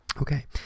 okay